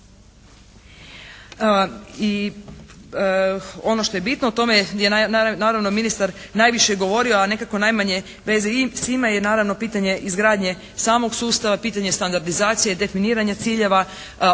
I ono što je bitno u tome, gdje je naravno ministar najviše govorio a nekako najmanje veze, svima je naravno pitanje izgradnje samog sustava, pitanje standardizacije, definiranja ciljeva, davanje